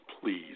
Please